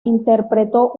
interpretó